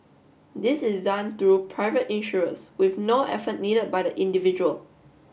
this is done through the private insurers with no effort needed by the individual